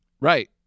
right